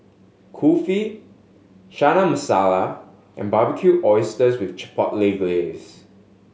Kulfi Chana Masala and Barbecued Oysters with Chipotle Glaze